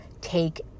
take